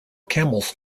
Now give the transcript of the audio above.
camels